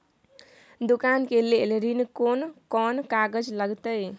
दुकान के लेल ऋण कोन कौन कागज लगतै?